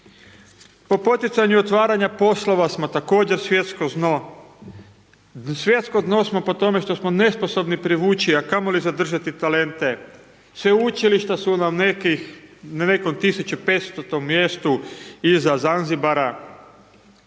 po poticanju otvaranja poslova smo također svjetsko dno, svjetsko dno smo po tome što smo nesposobni privući a kamoli zadržati talente, sveučilišta su nam na nekom 1500. mjestu iza Zanzibara,